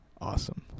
awesome